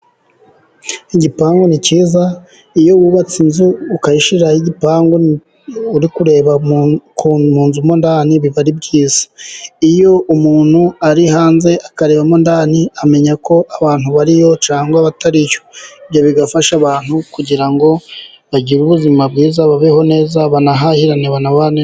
Igipangu ni cyiza. Iyo wubatse inzu ukayishyiraho igipangu uri kureba ku, mu nzu mo indani, biba ari byiza. Iyo umuntu ari hanze akarebamo indani, amenya ko abantu bariyo cyangwa batariyo. Ibyo bigafasha abantu kugira ngo bagire ubuzima bwiza babeho neza, banahahirane babane neza.